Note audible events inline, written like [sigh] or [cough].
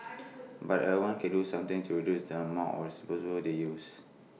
[noise] but everyone can do something to reduce the amount of disposables they use